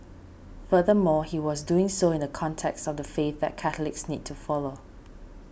furthermore he was doing so in the context of the faith that Catholics need to follow